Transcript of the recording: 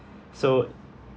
so